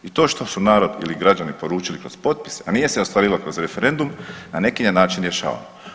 I to što su narod ili građani poručili kroz potpise, a nije se ostvarilo kroz referendum na neki je način rješavano.